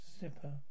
zipper